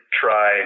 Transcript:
try